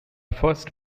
first